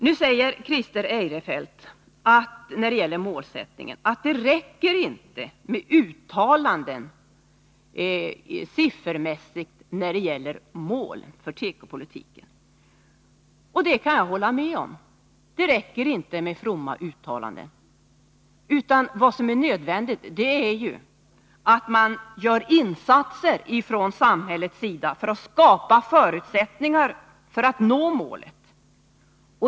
Nu säger Christer Eirefelt i fråga om målsättningen att det inte räcker med siffermässiga uttalanden när det gäller mål för tekopolitiken. Det kan jag hålla med om. Det räcker inte med fromma uttalanden. Vad som är nödvändigt är att man gör insatser från samhällets sida för att skapa förutsättningar för att nå målet.